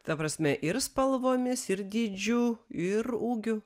ta prasme ir spalvomis ir dydžiu ir ūgiu